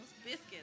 biscuits